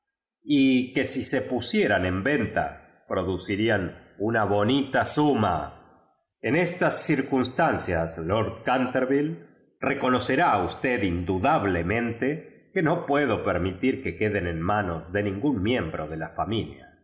y que si se pusieran en venta producirían una bonita suma en estas circunataiieias lord canterville reconocerá usted indudablemente que no puedo permi tir que queden en manos de ningún miem bro de la familia